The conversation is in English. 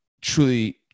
truly